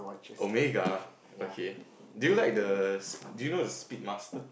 Omega okay do you like the s~ do you know the speed master